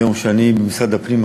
מיום שאני נכנסתי למשרד הפנים,